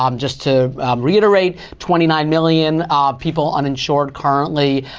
um just to reiterate, twenty nine million people uninsured currently.